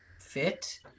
fit